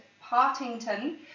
Partington